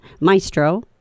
maestro